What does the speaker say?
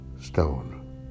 stone